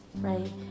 right